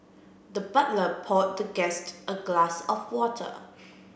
the butler poured the guest a glass of water